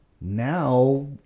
Now